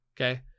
Okay